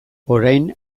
orain